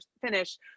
finish